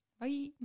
Bye